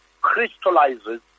crystallizes